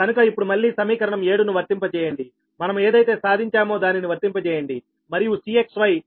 కనుక ఇప్పుడు మళ్లీ సమీకరణం 7 ను వర్తింప చేయండిమనం ఏదైతే సాధించామో దానిని వర్తింపజేయoడి మరియు Cxy 0 ln DeqDsxDsy farad per metre